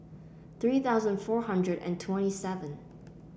three thousand four hundred and twenty seven